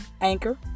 Anchor